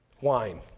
wine